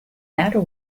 matter